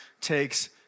takes